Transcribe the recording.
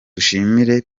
dushimire